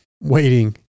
waiting